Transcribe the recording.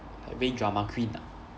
like very drama queen ah